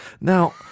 Now